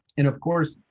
and of course,